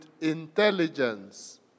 intelligence